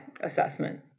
assessment